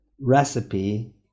Recipe